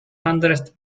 hundredth